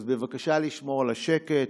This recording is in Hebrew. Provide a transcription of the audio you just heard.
אז בבקשה לשמור על השקט.